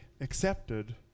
accepted